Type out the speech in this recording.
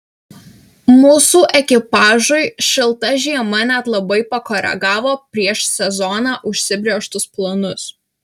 mūsų ekipažui šilta žiema net labai pakoregavo prieš sezoną užsibrėžtus planus